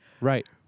Right